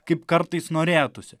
kaip kartais norėtųsi